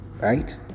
right